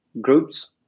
groups